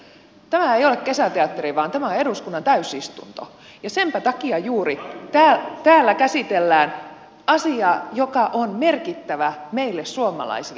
tämä ei ole kesäteatteria vaan tämä on eduskunnan täysistunto ja senpä takia juuri täällä käsitellään asiaa joka on merkittävä meille suomalaisille